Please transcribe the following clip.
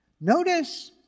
notice